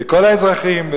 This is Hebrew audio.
וכל האזרחים,